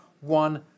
one